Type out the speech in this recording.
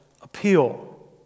appeal